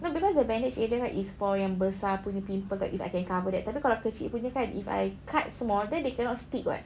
no because the bandage area kan is for yang besar punya pimple that if I can cover that tapi kalau yang kecil punya kan if I cut small then they cannot stick [what]